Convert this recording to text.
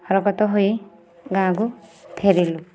ହରକତ ହୋଇ ଗାଁକୁ ଫେରିଲୁ